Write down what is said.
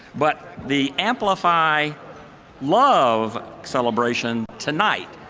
but the amplify love celebration tonight,